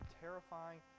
terrifying